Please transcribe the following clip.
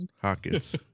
Hawkins